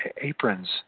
aprons